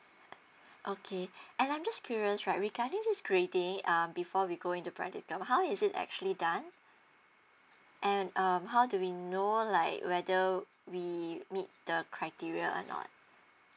okay and I'm just curious right regarding this grading um before we going to practical how is it actually done and um how do we know like whether we meet the criteria or not